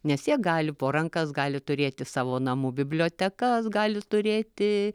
nes jie gali po rankas gali turėti savo namų bibliotekas gali turėti